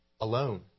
alone